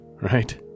right